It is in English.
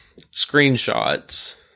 screenshots